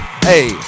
Hey